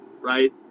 right